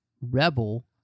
rebel